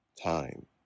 Time